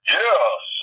yes